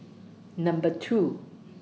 Number two